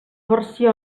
versió